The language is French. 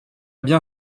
bien